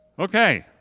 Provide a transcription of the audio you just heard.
okay.